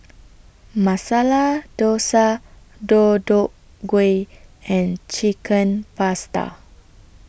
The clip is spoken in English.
Masala Dosa Deodeok Gui and Chicken Pasta